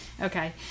Okay